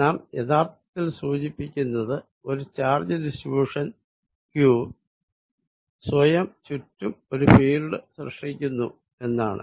നാം യഥാർത്ഥത്തിൽ സൂചിപ്പിക്കുന്നത് ഒരു ചാർജ് ഡിസ്ട്രിബ്യുഷൻ q സ്വയം ചുറ്റും ഒരു ഫീൽഡ് സൃഷ്ടിക്കുന്നു എന്നാണ്